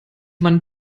man